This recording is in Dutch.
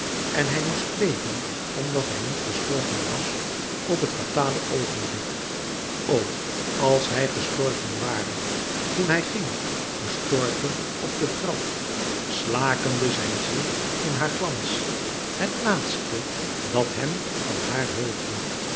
en hij moest leven omdat hij niet gestorven was op het fatale oogenblik o als hij gestorven ware toen hij ging gestorven op die trap slakende zijn ziel in haar glans het laatste dat hem van haar heugde